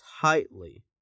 tightly